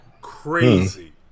crazy